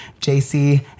JC